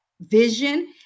vision